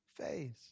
face